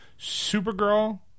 Supergirl